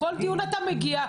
כל דיון אתה מגיע.